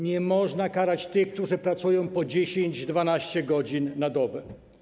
Nie można karać tych, którzy pracują po 10, 12 godzin na dobę.